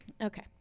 okay